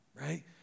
Right